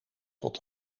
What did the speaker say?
tot